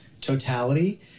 totality